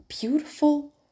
beautiful